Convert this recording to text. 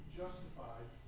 justified